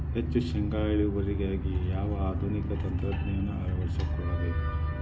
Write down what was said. ಹೆಚ್ಚು ಶೇಂಗಾ ಇಳುವರಿಗಾಗಿ ಯಾವ ಆಧುನಿಕ ತಂತ್ರಜ್ಞಾನವನ್ನ ಅಳವಡಿಸಿಕೊಳ್ಳಬೇಕರೇ?